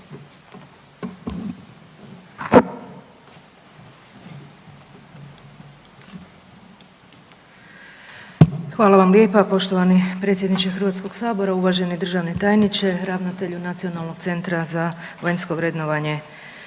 Hvala vam lijepa poštovani potpredsjedniče Hrvatskog sabora. Uvaženi državni tajniče, uvažena ravnateljice Uprave za odgoj i obrazovanje